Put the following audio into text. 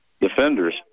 defenders